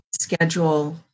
schedule